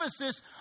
emphasis